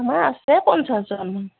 আমাৰ আছে পঞ্চাছজনমান